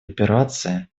операции